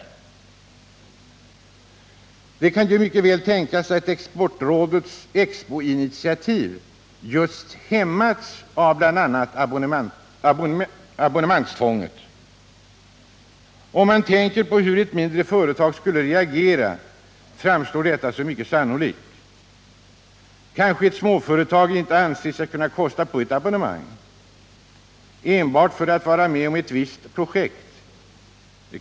Det kan ju mycket väl tänkas, att Exportrådets expoinitiativ just hämmas av bl.a. abonnenttvång. Om man tänker på hur ett mindre företag skulle reagera, framstår detta som mycket sannolikt. Kanske småföretag inte anser sig kunna kosta på ett abonnemang enbart för att vara med om ett visst projekt.